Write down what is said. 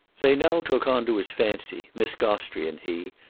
they now took on to his fancy, miss gostrey and he,